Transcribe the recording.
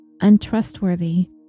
untrustworthy